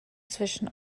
zwischen